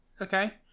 Okay